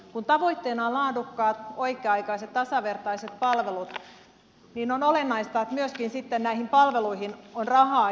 kun tavoitteena on laadukkaat oikea aikaiset tasavertaiset palvelut niin on olennaista että näihin palveluihin on sitten myöskin rahaa